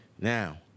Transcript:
Now